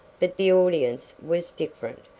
but the audience was different,